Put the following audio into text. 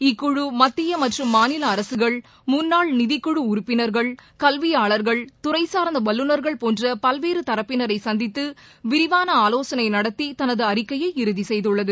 இக்குழு மத்திய மற்றும் மாநில அரசுகள் முன்னாள் நிதிக்குழு உறுப்பினர்கள் கல்வியாளர்கள் துறைசார்ந்த வல்லுநர்கள் போன்ற பல்வேறு தரப்பினரை சந்தித்து விரிவான ஆலோசனை நடத்தி தனது அறிக்கையை இறுதி செய்துள்ளது